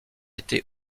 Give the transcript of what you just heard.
été